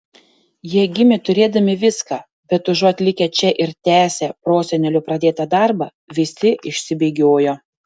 jie gimė turėdami viską bet užuot likę čia ir tęsę prosenelių pradėtą darbą visi išsibėgiojo